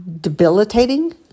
debilitating